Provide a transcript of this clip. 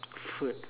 food